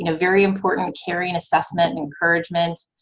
you know very important caring assessment and encouragement.